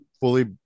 fully